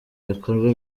ibikorwa